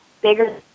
bigger